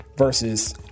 Versus